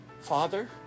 Father